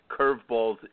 curveballs